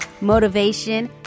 motivation